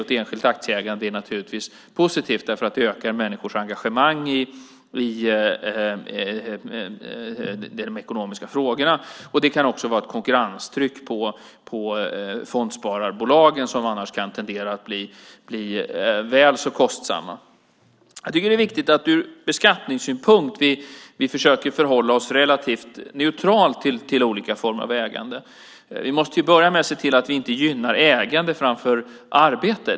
Ett enskilt aktieägande är naturligtvis positivt därför att det ökar människors engagemang i de ekonomiska frågorna. Det kan också vara ett konkurrenstryck på fondspararbolagen som annars kan tendera att bli väl så kostsamma. Jag tycker att det är viktigt att vi ur beskattningssynpunkt försöker förhålla oss relativt neutrala till olika former av ägande. Vi måste till att börja med se till att vi inte gynnar ägande framför arbete.